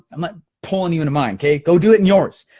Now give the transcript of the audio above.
i'm not pulling you into mine, kay, go do it in yours.